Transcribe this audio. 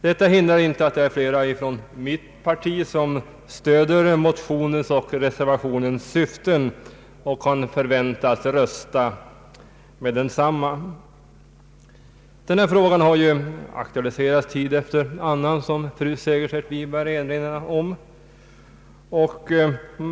Detta hindrar inte att det är flera från mitt parti som stöder motionen och reservationens syften och kan förväntas rösta för reservationen. Denna fråga har ju aktualiserats tid efter annan, som fru Segerstedt Wiberg erinrade om.